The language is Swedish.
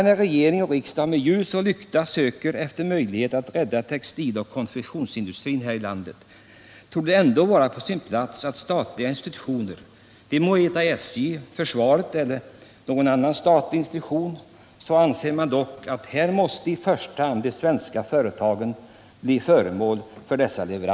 När regering och riksdag med ljus och lykta söker efter möjligheter att rädda textiloch konfektionsindustrin här i landet torde det vara på sin plats att statliga institutioner — det må gälla SJ, försvaret eller någon annan statlig institution — i första hand placerar sina beställningar i svenska företag.